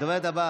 הדוברת הבאה,